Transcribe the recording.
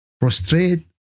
prostrate